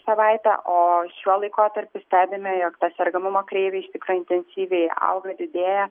savaitę o šiuo laikotarpiu stebime jog to sergamumo kreivė tikrai intensyviai auga didėja